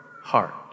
heart